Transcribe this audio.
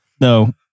No